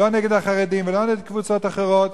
לא נגד החרדים ולא נגד קבוצות אחרות.